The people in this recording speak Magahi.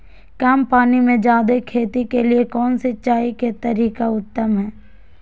कम पानी में जयादे खेती के लिए कौन सिंचाई के तरीका उत्तम है?